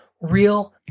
real